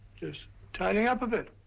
just tidying up a bit.